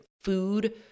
food